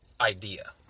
idea